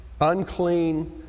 unclean